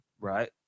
Right